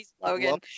Logan